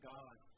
God